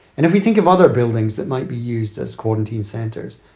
and if you think of other buildings that might be used as quarantine centers,